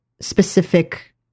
specific